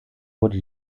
wurde